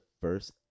first-